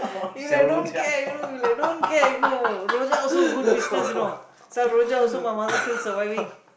you like don't care you know you like don't care you know rojak also good business you know sell rojak also my mother still surviving